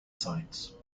sites